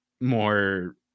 More